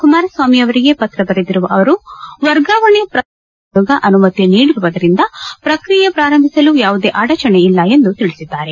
ಕುಮಾರಸ್ವಾಮಿ ಅವರಿಗೆ ಪತ್ರ ಬರೆದಿರುವ ಅವರು ವರ್ಗಾವಣೆ ಪ್ರಕ್ರಿಯೆಗೆ ಚುನಾವಣಾ ಆಯೋಗ ಅನುಮತಿ ನೀಡಿರುವುದರಿಂದ ಪ್ರಕ್ರಿಯೆ ಪ್ರಾರಂಬಿಸಲು ಯಾವುದೇ ಅಡಚಣೆ ಇಲ್ಲ ಎಂದು ತಿಳಿಸಿದ್ದಾರೆ